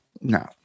no